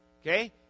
Okay